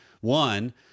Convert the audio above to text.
one